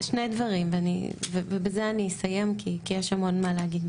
שני דברים ובזה אני אסיים כי יש המון מה להגיד.